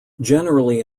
generally